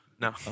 No